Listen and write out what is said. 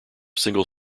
single